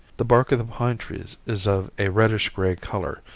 the bark of the pine trees is of a reddish gray color,